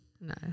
No